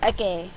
Okay